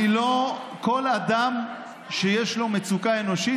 כל אדם שיש לו מצוקה אנושית,